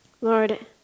Lord